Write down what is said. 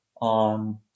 on